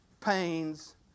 pains